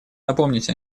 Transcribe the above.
напомнить